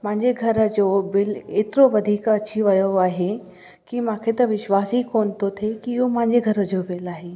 मुंहिंजे घर जो बिल एतिरो वधीक अची वियो आहे कि मूंखे त विश्वास ई कोन थो थिए कि उहो मुंहिंजे घर जो बिल आहे